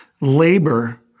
labor